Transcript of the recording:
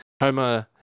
Homer